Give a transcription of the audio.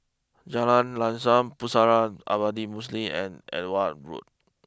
Jalan Lam Sam Pusara Abadi Muslim and Edgware Road